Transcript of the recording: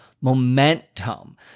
momentum